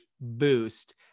boost